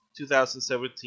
2017